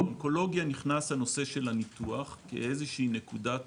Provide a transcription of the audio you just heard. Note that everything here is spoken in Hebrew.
באונקולוגיה נכנס הנושא של הניתוח כנקודת